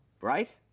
right